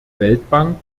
weltbank